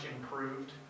improved